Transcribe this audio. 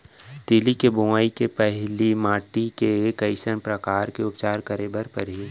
तिलि के बोआई के पहिली माटी के कइसन प्रकार के उपचार करे बर परही?